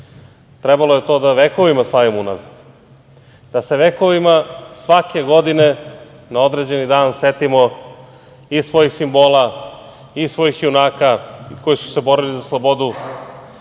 Trebalo je to da slavimo vekovima unazad, da se vekovima, svake godine, na određeni dan setimo i svojih simbola i svojih junaka koji su se borili za slobodu